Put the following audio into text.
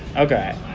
ok.